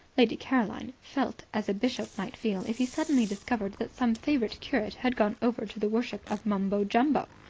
lady caroline felt as a bishop might feel if he suddenly discovered that some favourite curate had gone over to the worship of mumbo jumbo.